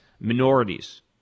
minorities